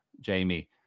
Jamie